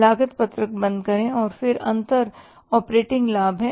लागत पत्रक बंद करें और अंतर ऑपरेटिंग लाभ है